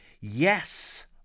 Yes